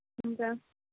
हुन्छ